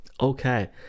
Okay